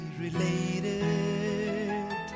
related